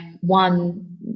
one